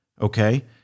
okay